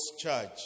church